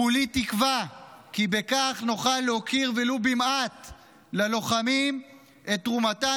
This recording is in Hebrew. כולי תקווה כי בכך נוכל להוקיר ולו במעט ללוחמים על תרומתם